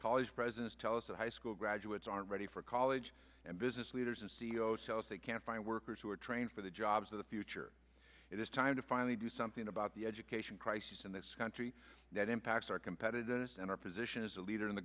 college presidents tell us that high school graduates aren't ready for college and business leaders and c e o s house they can't find workers who are trained for the jobs of the future it is time to finally do something about the education crisis in this country that impacts our competitiveness and our position as a leader in the